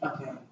Okay